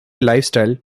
lifestyle